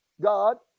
god